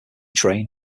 train